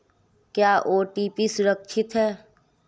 क्या ओ.टी.पी सुरक्षित है?